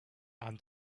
and